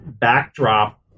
backdrop